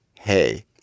Hey